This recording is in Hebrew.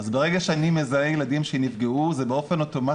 אז ברגע שאני מזהה ילדים שנפגעו זה באופן אוטומטי